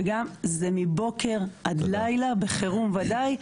וגם זה מבוקר עד לילה בחירום ודאי.